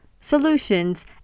solutions